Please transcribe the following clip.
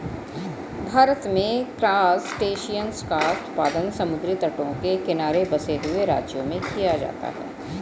भारत में क्रासटेशियंस का उत्पादन समुद्री तटों के किनारे बसे हुए राज्यों में किया जाता है